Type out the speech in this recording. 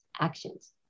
actions